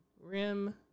Rim